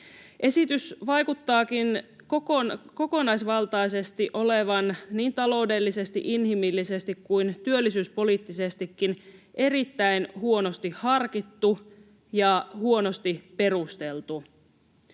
Esitys vaikuttaakin kokonaisvaltaisesti olevan niin taloudellisesti, inhimillisesti kuin työllisyyspoliittisestikin erittäin huonosti harkittu ja huonosti perusteltu.